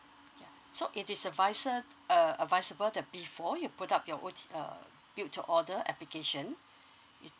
yeah so it is advisable that before you put up your uh build to order application you